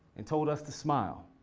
and told us to smile.